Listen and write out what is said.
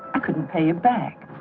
i couldn't pay you back.